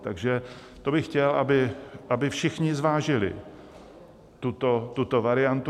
Takže to bych chtěl, aby všichni zvážili, tuto variantu.